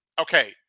okay